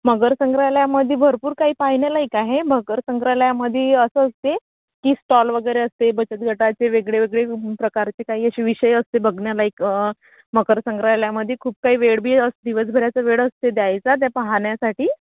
मगर संग्रहालयामध्ये भरपूर काही पाहण्यालायक आहे मकर संग्रहालयामध्ये असं असते की स्टॉल वगैरे असते बचत गटाचे वेगळे वेगळे प्रकारचे काही असे विषय असते बघण्यालायक मकर संग्रहालयामध्ये खूप काही वेळ बी असं दिवसभराचा वेळ असते द्यायचा त्या पाहण्यासाठी